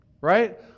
right